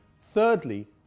Thirdly